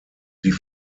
sie